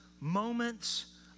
moments